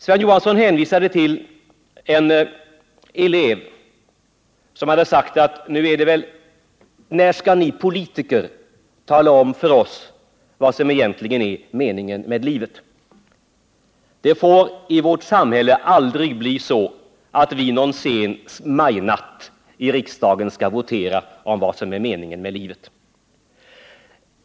Sven Johansson berättade om en elev som hade frågat: När skall ni politiker tala om för oss vad som egentligen är meningen med livet? Det får i vårt samhälle aldrig bli så att vi någon sen majnatt i riksdagen skall votera om vad som är meningen med livet!